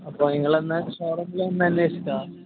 അപ്പോൾ നിങ്ങൾ എന്നാൽ ഷോറൂമ്മിൽ വന്നു അന്വേഷിച്ചോ